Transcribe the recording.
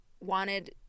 wanted